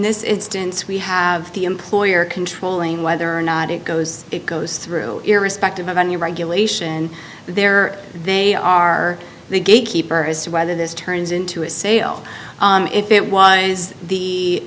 this instance we have the employer controlling whether or not it goes it goes through irrespective of any regulation there they are the gatekeeper as to whether this turns into a sale if it was the